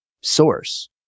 source